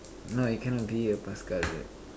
no you cannot be a paskal